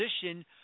position